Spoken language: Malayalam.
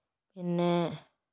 പിന്നേ